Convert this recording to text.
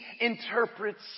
interprets